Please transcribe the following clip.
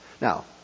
Now